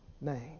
name